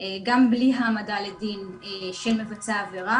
גם בלי העמדה לדין של מבצע העבירה.